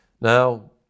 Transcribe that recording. Now